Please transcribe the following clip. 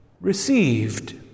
received